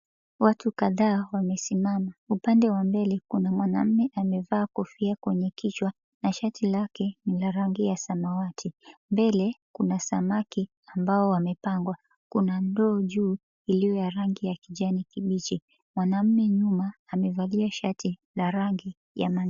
Watu kadhaa wamesimama. Upande wa mbele kuna mwanamme amevaa kofia kwenye kichwa na shati lake ni la rangi ya samawati. Mbele kuna samaki ambao wamepangwa. Kuna ndoo juu iliyo ya rangi ya kijani kibichi. Mwanamume nyuma amevalia shati la rangi ya manjano.